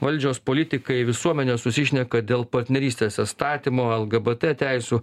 valdžios politikai visuomenė susišneka dėl partnerystės įstatymo lgbt teisių